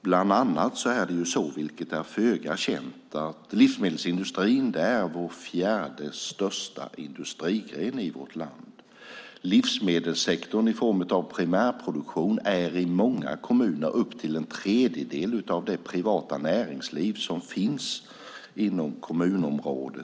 Bland annat är, vilket är föga känt, livsmedelsindustrin vår fjärde största industrigren. Livsmedelssektorn i form av primärproduktion utgör i många kommuner upp till en tredjedel av det privata näringsliv som finns inom kommunområdet.